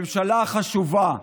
ממשלה חשובה,